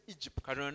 Egypt